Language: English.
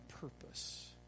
purpose